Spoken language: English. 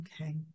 Okay